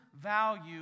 value